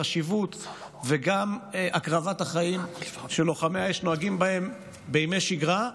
החשיבות וגם הקרבת החיים של לוחמי האש בימי שגרה,